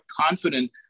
confident